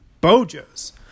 Bojo's